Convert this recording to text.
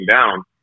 down